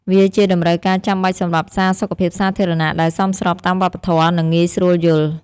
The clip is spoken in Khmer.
វាជាតម្រូវការចាំបាច់សម្រាប់សារសុខភាពសាធារណៈដែលសមស្របតាមវប្បធម៌ និងងាយស្រួលយល់។